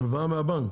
הלוואה מהבנק.